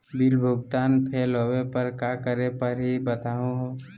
Bill भुगतान fail होवे पर का करै परही, बताहु हो?